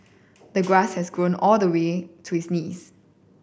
the grass had grown all the way to his knees